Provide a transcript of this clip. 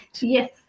Yes